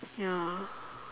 ya